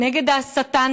נגד ההסתה,